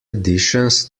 additions